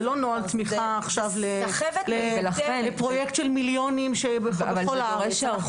זה לא נוהל תמיכה עכשיו לפרויקט של מיליונים בכל הארץ.